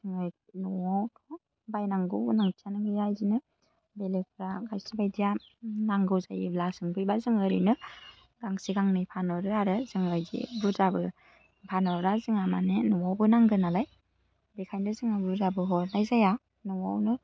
जोङो न'आवथ' बायनांगौ गोनांथियानो गैया बिदिनो बेलेगफ्रा खायसे बायदिया नांगौ जायोब्ला सोंफैबा जों ओरैनो गांसे गांनै फानहरो आरो जोङो बिदि बुरजाबो फानहरा जोङो माने न'आवबो नांगौ नालाय बेखायनो जोङो बुरजाबो हरनाय जाया न'आवनो